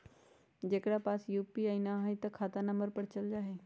जेकरा पास यू.पी.आई न है त खाता नं पर चल जाह ई?